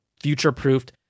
future-proofed